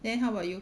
then how about you